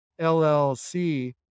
LLC